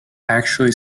actually